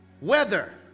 Weather